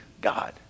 God